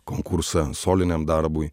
konkursą soliniam darbui